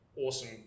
awesome